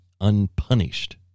unpunished